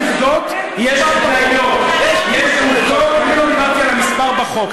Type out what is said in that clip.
יש עובדות, יש, אני לא דיברתי על המספר בחוק.